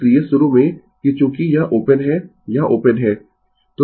इसलिए शुरू में कि चूँकि यह ओपन है यह ओपन है